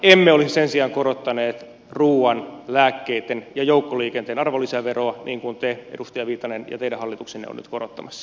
emme olisi sen sijaan korottaneet ruuan lääkkeiden ja joukkoliikenteen arvonlisäveroa niin kuin te edustaja viitanen ja teidän hallituksenne olette nyt korottamassa